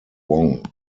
wong